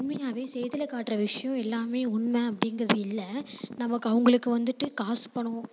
உண்மயாகவே செய்தியில் காட்டுற விஷயம் எல்லாம் உண்மை அப்படிங்கிறது இல்லை நமக்கு அவங்களுக்கு வந்துட்டு காசு பணம்